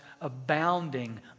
abounding